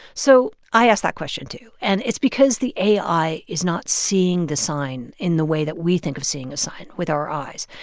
so i asked that question, too. and it's because the ai is not seeing the sign in the way that we think of seeing a sign with our eyes.